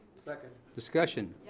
second. discussion.